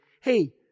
hey